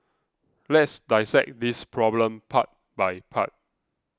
let's dissect this problem part by part